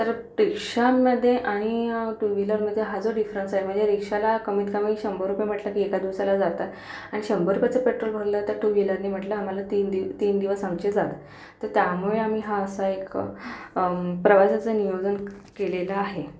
तर रिक्षांमध्ये आणि टू व्हीलरमध्ये हा जो डिफरन्स आहे म्हणजे रिक्षाला कमीत कमी शंभर रुपये म्हटलं की एका दिवसाला जातात आणि शंभर रुपयाचं पेट्रोल भरलं तर टू व्हीलरनी म्हटलं आम्हाला तीन दि तीन दिवस आमचे जातात तर त्यामुळे आम्ही हा असा एक प्रवासाचं नियोजन केलेलं आहे